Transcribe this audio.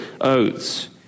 oaths